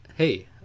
hey